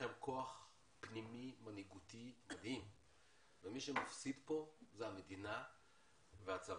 לכם כוח פנימי מנהיגותי מדהים ומי שמפסיד פה זה המדינה והצבא.